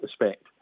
respect